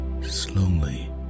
slowly